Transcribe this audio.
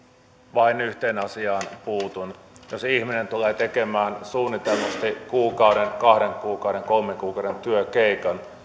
vain yhteen asiaan puutun jos ihminen tulee tekemään suunnitellusti kuukauden kahden kuukauden kolmen kuukauden työkeikan